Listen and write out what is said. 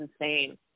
insane